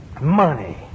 money